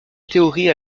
théorie